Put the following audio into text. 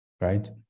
right